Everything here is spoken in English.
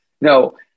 No